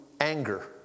anger